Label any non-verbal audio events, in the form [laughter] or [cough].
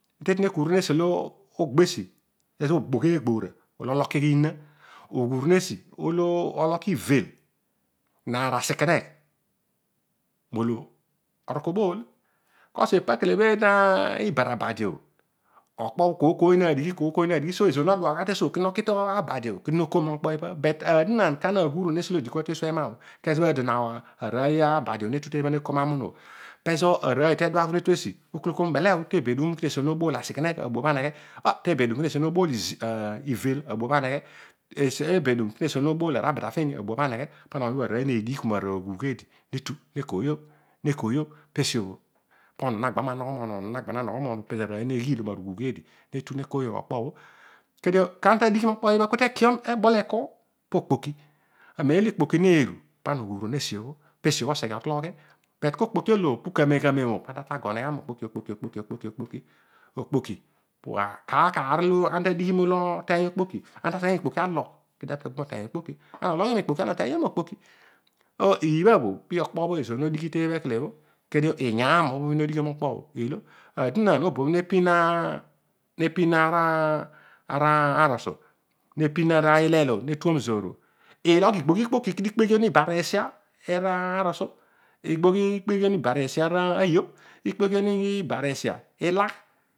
Kedio uru mesi olo ogbo esi ezobho ogbogh eegbora oloki mu ina oghughi mesi olo oloki ivel nara asikenogh olo orol obool because tepakele ibara badio okpobho kooy kooy na dighi kooy nadighi so ezoor no duaghu suo oki tara abadio ku no kooy okpo ipa, but adonaan kana naaghuron esi olo odi mezobho ezobho arooy abadi o ne dua gha etu eebha eko rumuru o pezo aroiy teduaghugha etu esi ekol belle o tesuo obedum kinesi olo no bool asikenegh abuabho ameghe tobedum kinesiolo nobool iveil abuabho ameghe pana omiin bho aroiy nediku moghuugh eedi netu nekodiku moghuugh eedi netu nekoiyogh, poonu nagha na mogho moonu [unintelligible] kedio kana ta dighi marokpo iibha ku tekiom eko? Po okpoki amem lo okpoki naaru pana oghuurom esibho pesibho oseghe orol oghi buy ko okpoki obho olo [unintelligible] kaar kaar olo ana tadighi molo oteiy okpoki ana taseghe mikpoki alogh kana ta kemokeiy ikpoki ana ologhio mikpoki ana oteiyie mokpoki. so iibha bho po okpo lo ezoor no dighi teebha kele kedio iyam olo obhin odighiom okpo bho ilo aadomaan obobho nepin ara zoor o, ilogh igbogh ikpoki kedio kpeghion ikpeghiom ibaneesia ara arusu, ikpeghion ibaneesia ayo ikpeghenionogh ibaneesia ilagh